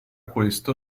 questo